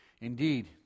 Indeed